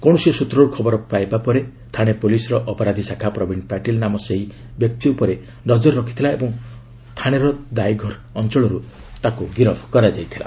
କୌଣସି ସୂତ୍ରରୁ ଖବର ପାଇଲା ପରେ ଥାଣେ ପୁଲିସର ଅପରାଧି ଶାଖା ପ୍ରବୀଣ ପାଟିଲ ନାମ ସେହି ବ୍ୟକ୍ତି ଉପରେ ନକର ରଖିଥିଲା ଏବଂ ଥାଣେର ଦାଇଘର ଅଞ୍ଚଳରୁ ତାକୁ ଗିରଫ କରିଥିଲା